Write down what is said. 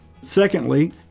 Secondly